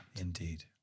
Indeed